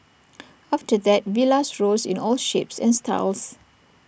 after that villas rose in all shapes and styles